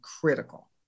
critical